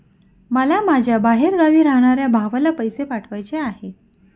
मला माझ्या बाहेरगावी राहणाऱ्या भावाला पैसे पाठवायचे आहे